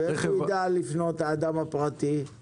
איך האדם הפרטי ידע לפנות?